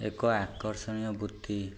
ଏକ ଆକର୍ଷଣୀୟ ବୃତ୍ତି